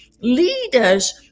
Leaders